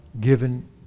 given